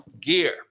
gear